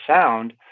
sound